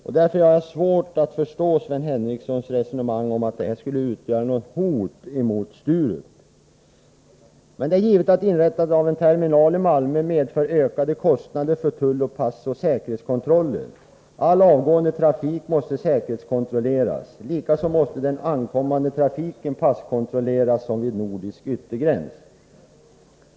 Jag har svårt att förstå Sven Henricssons resonemang om att detta skulle utgöra ett hot mot Sturup. Det är givet att inrättandet av en terminal i Malmö medför ökade kostnader för tull-, passoch säkerhetskontrollen. All avgående trafik måste säkerhetskontrolleras. Likaså måste den ankommande trafiken passkontrolleras som vid nordisk yttergräns.